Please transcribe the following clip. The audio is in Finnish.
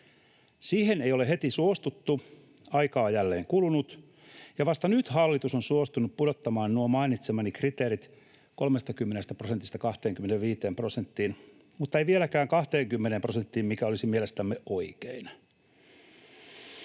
Siihen ei ole heti suostuttu, ja aikaa on jälleen kulunut, ja vasta nyt hallitus on suostunut pudottamaan nuo mainitsemani kriteerit 30 prosentista 25 prosenttiin — mutta ei vieläkään 20 prosenttiin, mikä olisi mielestämme oikein.